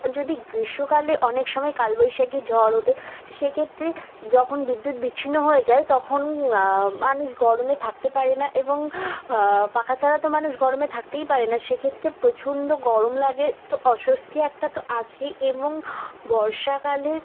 যদি গ্রীষ্মকালে অনেক সময় কালবৈশাখী ঝড় ওঠে সে ক্ষেত্রে যখন বিদ্যুৎ বিচ্ছিন্ন হয়ে যায় তখন মানুষ গরমে থাকতে পারে না এবং পাখা ছাড়া তো মানুষ গরমে থাকতেই পারে না সে ক্ষেত্রে প্রচন্ড গরম লাগে তো অস্বস্তি একটা তো আছেই এবং বর্ষাকালে